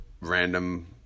random